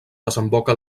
desemboca